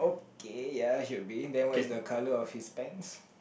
K ya should be then what is the colour of his pants